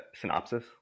Synopsis